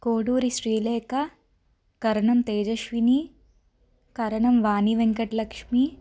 Koduri Srilekha Karanam Tejaswini Karanam Vani Venkatalakshmi